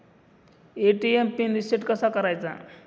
ATM PIN reset कसा करायचा?